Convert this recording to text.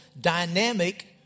dynamic